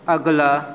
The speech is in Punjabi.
ਅਗਲਾ